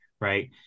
Right